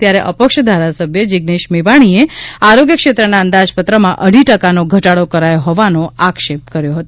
ત્યારે અપક્ષ ધારાસભ્ય જીજ્ઞેશ મેવાણીએ આરોગ્ય ક્ષેત્રના અંદાજપત્રમાં અઢી ટકાનો ઘટાડો કરાયો હોવાનો આક્ષેપ કર્યો હતો